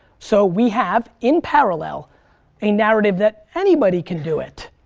so we have, in parallel a narrative that anybody can do it.